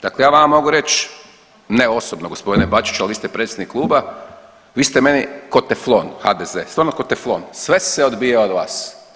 Dakle, ja vama mogu reći ne osobno gospodine Bačiću, ali vi ste predsjednik kluba, vi ste meni ko teflon HDZ, stvarno ko teflon, sve se odbija od vas.